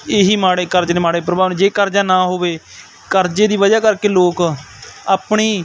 ਇਹ ਹੀ ਮਾੜੇ ਕਰਜ਼ੇ ਦੇ ਮਾੜੇ ਪ੍ਰਭਾਵ ਨੇ ਜੇ ਕਰਜ਼ਾ ਨਾ ਹੋਵੇ ਕਰਜ਼ੇ ਦੀ ਵਜ੍ਹਾ ਕਰਕੇ ਲੋਕ ਆਪਣੀ